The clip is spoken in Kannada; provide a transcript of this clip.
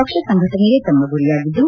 ಪಕ್ಷ ಸಂಘಟನೆಯೇ ತಮ್ಮ ಗುರಿಯಾಗಿದ್ದು